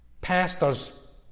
pastors